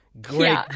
Great